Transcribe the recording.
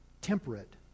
temperate